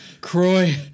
Croy